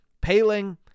Paling